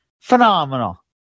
phenomenal